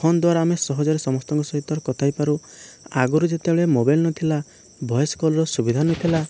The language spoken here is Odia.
ଫୋନ୍ଦ୍ଵାରା ଆମେ ସହଜରେ ସମସ୍ତଙ୍କ ସହିତରେ କଥା ହୋଇପାରୁ ଆଗରୁ ଯେତେବେଳେ ମୋବାଇଲ ନଥିଲା ଭଏସ କଲ୍ର ସୁବିଧା ନଥିଲା